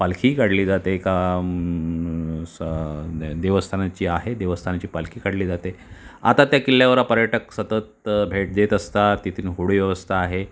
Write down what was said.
पालखी काढली जाते एका स देवस्थानाची आहे देवस्थानाची पालखी काढली जाते आता त्या किल्ल्यावर पर्यटक सतत भेट देत असतात तिथून होडी व्यवस्था आहे